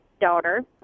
daughter